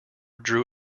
drew